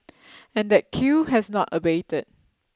and that queue has not abated